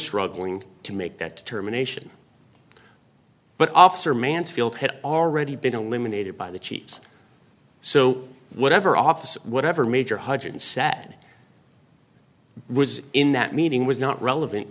struggling to make that determination but officer mansfield had already been eliminated by the chiefs so whatever officer whatever major hudgens said was in that meeting was not relevant